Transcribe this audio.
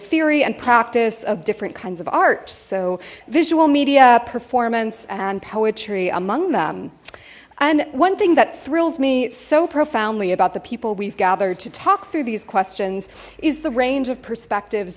theory and practice of different kinds of art so visual media performance and poetry among them and one thing that thrills me so profoundly about the people we've gathered to talk through these questions is the range of perspective